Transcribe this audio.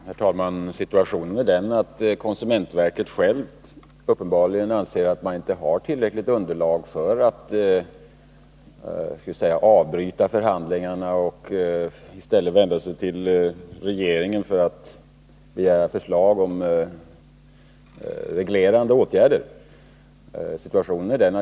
Herr talman! Situationen är den att konsumentverket självt uppenbarligen anser att man inte har tillräckligt underlag för att avbryta förhandlingarna och i stället vända sig till regeringen för att begära förslag om reglerande åtgärder.